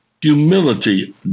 Humility